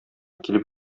килеп